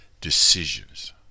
decisions